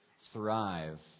thrive